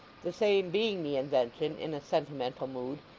the same being the invention, in a sentimental mood,